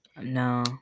no